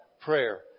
Prayer